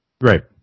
Right